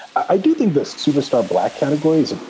i do think the superstar. black categories. um